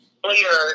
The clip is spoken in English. clear